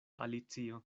alicio